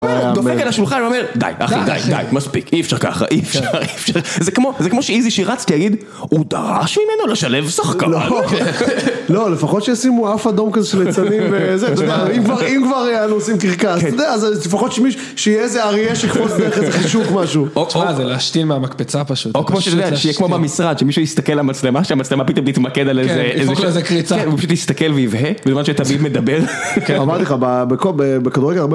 הוא דופק על השולחן ואומר, די אחי די די מספיק, אי אפשר ככה, אי אפשר, אי אפשר, זה כמו... זה כמו שאיזי שרצקי להגיד, הוא דרש ממנו לשלב שחקן. לא, לא לפחות שיישימו אף אדום כזה שליצנים וזה, אם כבר יענו עושים קרקס, אתה יודע, אז לפחות שיהיה איזה אריה שיקפוץ דרך איזה חישוק משהו. תשמע זה להשתין מהמקפצה פשוט. או כמו שאתה יודע... שיהיה כמו במשרד, שמישהו יסתכל למצלמה, שהמצלמה פתאום תתמקד על איזה קריצה, הוא פשוט יסתכל ויבהה, בזמן שתמיד מדבר.